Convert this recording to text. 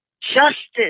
justice